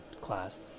class